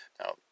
Now